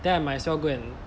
then I might as well go and